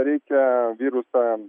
reikia virusą